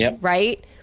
right